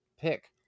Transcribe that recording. pick